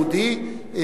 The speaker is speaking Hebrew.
היהודי,